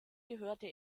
gehörte